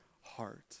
heart